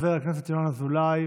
חבר הכנסת ינון אזולאי,